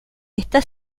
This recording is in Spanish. está